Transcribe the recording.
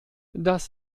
das